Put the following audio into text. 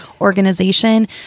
organization